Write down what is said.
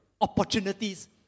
opportunities